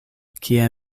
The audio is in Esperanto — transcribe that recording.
kie